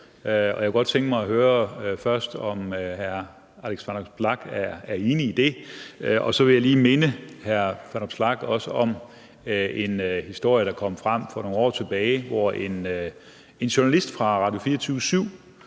først godt tænke mig at høre, om hr. Alex Vanopslagh er enig i det. Jeg vil så også lige minde hr. Alex Vanopslagh om en historie, der kom frem for nogle år tilbage, hvor en journalist fra Radio24syv